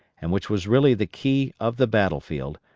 and which was really the key of the battle-field,